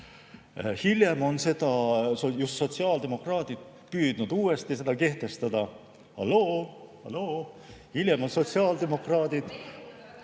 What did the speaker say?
Hiljem on seda just sotsiaaldemokraadid püüdnud uuesti kehtestada. Halloo, halloo! Hiljem on sotsiaaldemokraadid